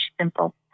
simple